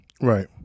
Right